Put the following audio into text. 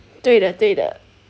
对了对了